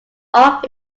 off